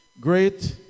Great